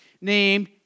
named